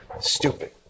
stupid